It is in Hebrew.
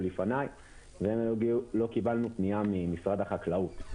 לפניי ולא קיבלנו פנייה ממשרד החקלאות.